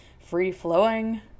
free-flowing